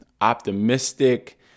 optimistic